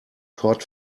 cod